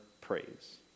praise